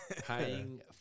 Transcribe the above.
paying